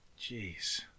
Jeez